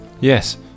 Yes